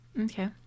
okay